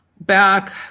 back